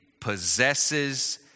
possesses